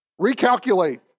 Recalculate